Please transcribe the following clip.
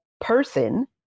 person